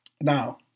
Now